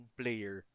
player